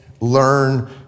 learn